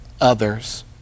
others